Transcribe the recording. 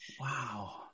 Wow